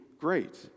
great